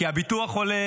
כי הביטוח עולה,